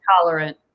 tolerant